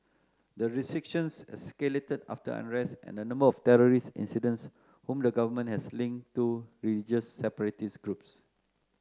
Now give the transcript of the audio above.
the restrictions escalated after unrest and a number of terrorist incidents whom the government has linked to religious separatist groups